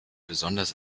besonders